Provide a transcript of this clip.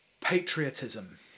patriotism